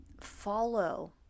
follow